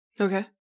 Okay